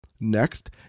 Next